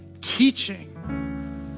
teaching